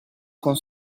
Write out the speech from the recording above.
con